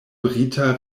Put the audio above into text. brita